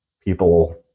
people